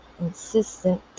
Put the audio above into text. insistent